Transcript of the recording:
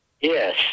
Yes